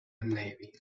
levi